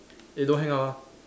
eh don't hang up ah